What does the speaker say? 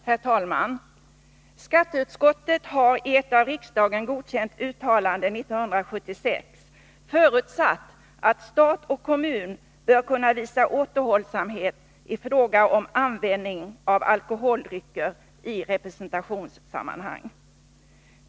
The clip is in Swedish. Herr talman! Skatteutskottet har i ett av riksdagen godkänt uttalande 1976 förutsatt att stat och kommun bör kunna visa återhållsamhet i fråga om användning av alkoholdrycker i representationssammanhang.